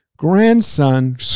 grandson